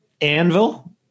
Anvil